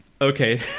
Okay